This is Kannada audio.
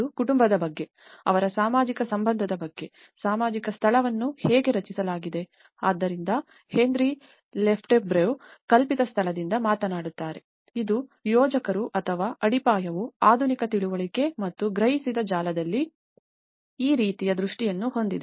ಇದು ಕುಟುಂಬದ ಬಗ್ಗೆ ಅವರ ಸಾಮಾಜಿಕ ಸಂಬಂಧದ ಬಗ್ಗೆ ಸಾಮಾಜಿಕ ಸ್ಥಳವನ್ನು ಹೇಗೆ ರಚಿಸಲಾಗಿದೆ ಆದ್ದರಿಂದ ಹೆನ್ರಿ ಲೆಫೆಬ್ವ್ರೆ ಕಲ್ಪಿತ ಸ್ಥಳದಿಂದ ಮಾತನಾಡುತ್ತಾರೆ ಇದು ಯೋಜಕರು ಅಥವಾ ಅಡಿಪಾಯವು ಆಧುನಿಕ ತಿಳುವಳಿಕೆ ಮತ್ತು ಗ್ರಹಿಸಿದ ಜಾಗದಲ್ಲಿ ಈ ರೀತಿಯ ದೃಷ್ಟಿಯನ್ನು ಹೊಂದಿದೆ